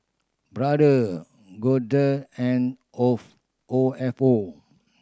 Brother Golder and of O F O